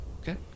okay